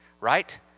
right